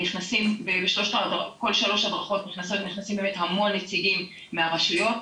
כל שלוש הדרכות נכנסים באמת המון נציגים מהרשויות.